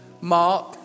Mark